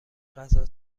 غذا